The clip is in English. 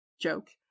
joke